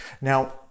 Now